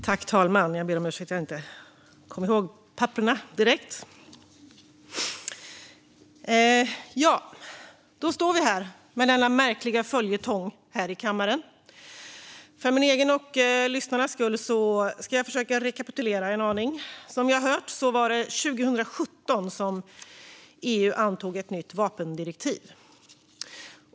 Herr talman! Då står vi här med denna märkliga följetong i kammaren. För min egen och lyssnarnas skull ska jag försöka rekapitulera en aning. Som vi har hört var det 2017 som EU antog ett nytt vapendirektiv.